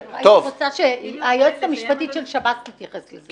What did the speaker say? הייתי רוצה שהיועצת המשפטית של שב"ס תתייחס לזה.